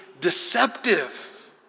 deceptive